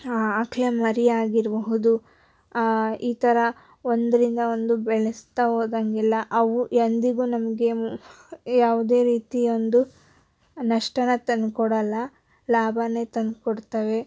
ಆ ಆಕಳ ಮರಿಯಾಗಿರಬಹುದು ಈ ಥರ ಒಂದರಿಂದ ಒಂದು ಬೆಳೆಸ್ತಾ ಹೋದಂಗೆಲ್ಲ ಅವು ಎಂದಿಗೂ ನಮಗೆ ಯಾವುದೇ ರೀತಿ ಒಂದು ನಷ್ಟನ ತಂದುಕೊಡಲ್ಲ ಲಾಭನೇ ತಂದುಕೊಡ್ತವೆ